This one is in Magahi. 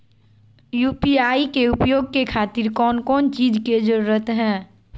यू.पी.आई के उपयोग के खातिर कौन कौन चीज के जरूरत है?